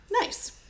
nice